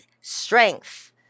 strength